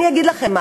אני אגיד לכם: